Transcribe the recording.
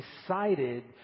decided